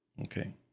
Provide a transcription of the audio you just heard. Okay